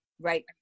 Right